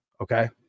Okay